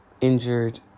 injured